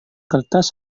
kertas